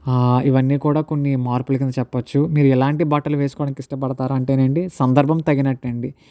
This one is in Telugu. ఇవన్నీ కూడా కొన్ని మార్పులు కింద చెప్పవచ్చు మీరు ఎలాంటి బట్టలు వేసుకోవడానికి ఇష్టపడుతారు అంటేనండి సందర్భం తగినట్టు అండి